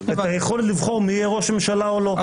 היכולת לבחור מי יהיה ראש ממשלה או לא.